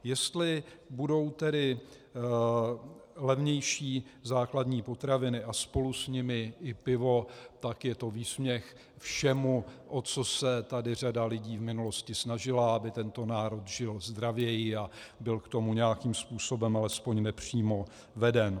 Jestli budou tedy levnější základní potraviny a spolu s nimi i pivo, tak je to výsměch všemu, o co se tady řada lidí v minulosti snažila, aby tento národ žil zdravěji a byl k tomu nějakým způsobem alespoň nepřímo veden.